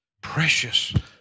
precious